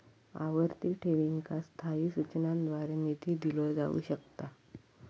आवर्ती ठेवींका स्थायी सूचनांद्वारे निधी दिलो जाऊ शकता